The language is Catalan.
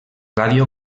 ràdio